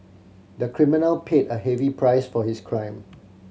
the criminal paid a heavy price for his crime